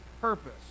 purpose